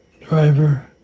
driver